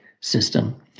system